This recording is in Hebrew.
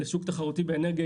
לשוק תחרותי באנרגיה,